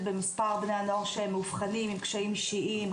במספר בני הנוער שמאובחנים עם קשיים אישיים,